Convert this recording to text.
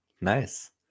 Nice